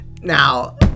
Now